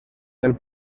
del